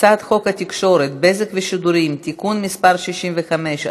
הצעת חוק התקשורת (בזק ושידורים) (תיקון מס' 64),